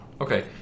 Okay